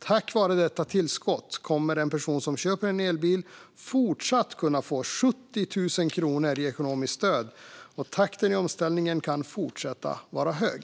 Tack vare detta tillskott kommer en person som köper en elbil fortsatt att kunna få 70 000 kronor i ekonomiskt stöd, och takten i omställningen kan fortsätta att vara hög.